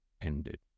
ended